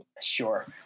Sure